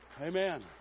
amen